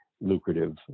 lucrative